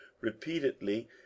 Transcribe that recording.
repeatedly